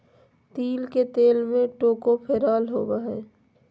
तिल के तेल में टोकोफेरोल होबा हइ